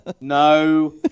No